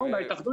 נכון.